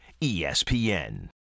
ESPN